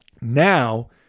Now